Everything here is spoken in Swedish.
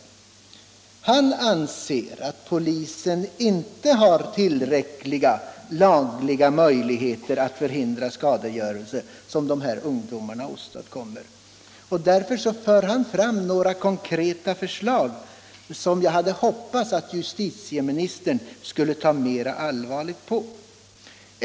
Då han anser att polisen inte har tillräckliga lagliga möjligheter att förhindra skadegörelse som dessa ungdomar åstadkommer, för han fram några konkreta förslag, som jag hade hoppats att justitieministern skulle ta mera allvarligt på.